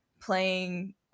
playing